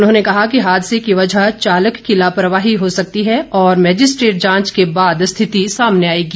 उन्होंने कहा कि हादसे की वजह चालक की लापरवाही हो सकती है और मैजिस्ट्रेट जांच के बाद स्थिति सामने आएगी